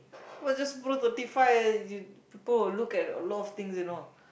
what just pro thirty five people will look at a lot of things you know